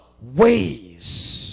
ways